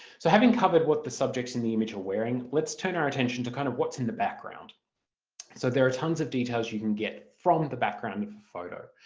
so having covered what the subjects in the image are wearing let's turn our attention to kind of what's in the background so there are tons of details you can get from the background of the photo.